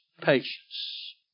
patience